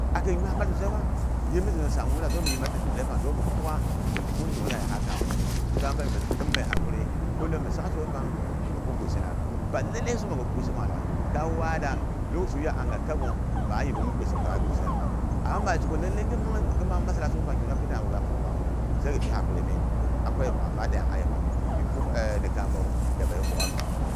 Akin nyaimal susaifa, ghi minzin ba ni samanghak laghai dole nu yipmin zin dipleipang dong mi kukgha mi pungngwul kiguna ya ha kamomu so am kamin mi tim me hakuri, kullum mi sak soi pang mikuku gwisina. Ballale so ni soipang ni ga kuk gwisi laghai. Ga wada wuk shiri'a ngha kabu ma wadanga a yina mi tak'gha gwisi gaak'ga-. Ama ma zhiku lale ghin mang masalawu sukpang kiguna pi damu gaak shkpanghu pi hakuri min am kwa amadeiyong yepay. Gi bwuk ni kamook ya bapi ma ti bwuk'gha gin.